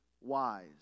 wise